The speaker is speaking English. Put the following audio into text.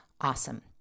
awesome